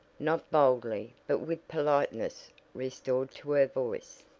not boldly but with politeness restored to her voice.